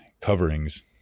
coverings